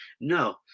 no